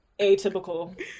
atypical